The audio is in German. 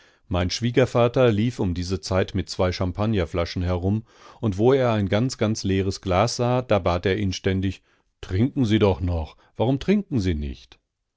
mein schwiegervater lief um diese zeit mit zwei champagnerflaschen herum und wo er ein ganz ganz leeres glas sah da bat er inständig trinken sie doch noch warum trinken sie nicht